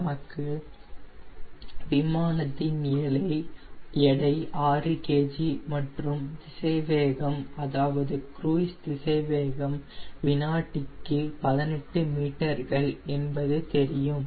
நமக்கு விமானத்தின் எடை 6 kg மற்றும் திசைவேகம் குருய்ஸ் திசை வேகம் வினாடிக்கு 18 மீட்டர்கள் என்பது தெரியும்